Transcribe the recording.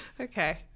Okay